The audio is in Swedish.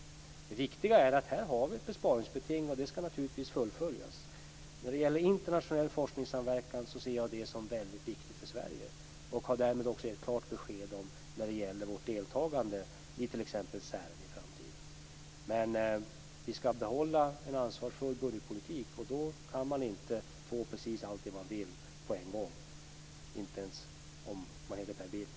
Det viktiga är att vi har ett besparingsbeting, och det skall naturligtvis fullföljas. Jag ser internationell forskningssamverkan som väldigt viktigt för Sverige och har därmed också givit klart besked när det gäller vårt deltagande i t.ex. CERN i framtiden. Men vi skall behålla en ansvarsfull budgetpolitik, och då kan man inte få precis allt det man vill på en gång - inte ens om man heter Per